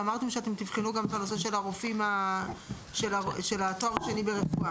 ואמרתם שאתם תבחנו גם את הנושא של תואר שני ברפואה.